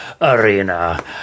Arena